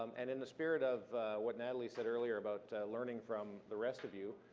um and in the spirit of what natalie said earlier about learning from the rest of you,